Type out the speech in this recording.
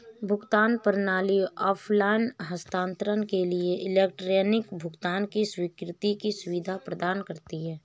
भुगतान प्रणाली ऑफ़लाइन हस्तांतरण के लिए इलेक्ट्रॉनिक भुगतान की स्वीकृति की सुविधा प्रदान करती है